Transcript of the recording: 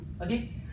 okay